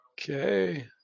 Okay